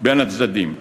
בין הצדדים.